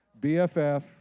BFF